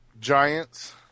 giants